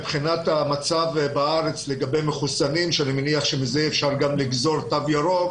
מבחינת המצב בארץ לגבי מחוסנים שאני מניח שמזה אפשר גם לגזור תו ירוק